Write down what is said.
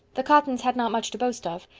the cottons had not much to boast of.